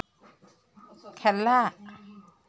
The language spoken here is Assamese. খেলা